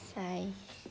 sigh